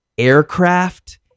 aircraft